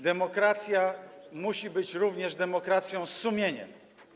Demokracja musi być również demokracją z sumieniem.